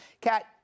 Kat